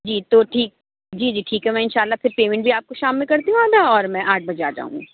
جی تو ٹھیک جی جی ٹھیک ہے میں اِنشاء اللہ پھر پیمنٹ بھی آپ کو شام میں کرتی ہوں آدھا اور میں آٹھ بجے آ جاؤں گی